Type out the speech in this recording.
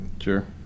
sure